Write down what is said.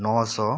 ନଅ ଶହ